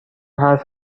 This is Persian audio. حرف